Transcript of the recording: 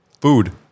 Food